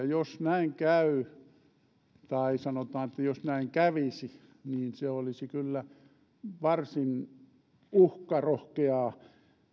jos näin käy tai sanotaan että jos näin kävisi niin se olisi kyllä varsin uhkarohkeaa